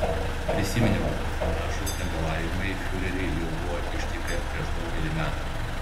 prisiminiau kad panašūs negalavimai fiurerį jau buvo ištikę prieš daugelį metų